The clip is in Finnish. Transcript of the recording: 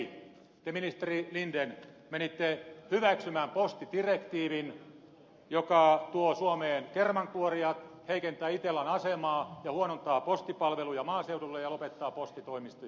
te ministeri linden menitte hyväksymään postidirektiivin joka tuo suomeen kermankuorijat heikentää itellan asemaan ja huonontaa postipalveluja maaseudulle ja lopettaa postitoimistoja